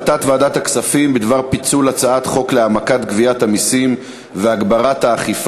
אני קובע כי הצעת ועדת הכנסת בדבר פיצול הצעת חוק-יסוד: מועד התפטרות